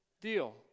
deal